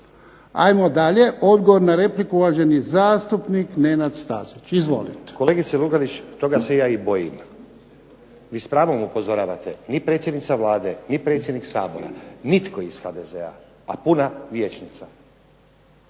Ajmo dalje. Odgovor na repliku, uvaženi zastupnik Nenad Stazić. Izvolite. **Stazić, Nenad (SDP)** Kolegice Lugarić, toga se ja i bojim. Vi s pravom upozoravate. Ni predsjednica Vlade, ni predsjednik Sabora, nitko iz HDZ-a a puna vijećnica